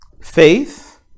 Faith